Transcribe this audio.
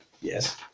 Yes